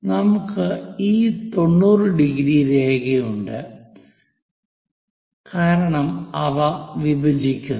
നമുക്ക് ഈ 90 ഡിഗ്രി രേഖയുണ്ട് കാരണം അവ വിഭജിക്കുന്നു